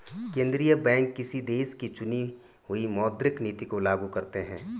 केंद्रीय बैंक किसी देश की चुनी हुई मौद्रिक नीति को लागू करते हैं